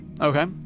Okay